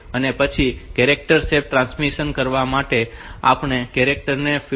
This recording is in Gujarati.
અને પછી કેરેક્ટર શેપ ટ્રાન્સમિટ કરવા માટે આપણે આ કેરેક્ટરને 56